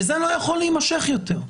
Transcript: וזה לא יכול להימשך יותר.